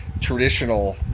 traditional